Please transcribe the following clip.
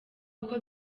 uko